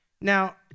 Now